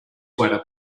sweater